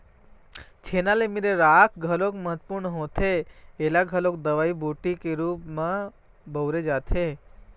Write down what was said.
छेना ले मिले राख घलोक महत्वपूर्न होथे ऐला घलोक दवई बूटी के रुप म बउरे जाथे